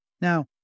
Now